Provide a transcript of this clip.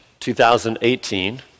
2018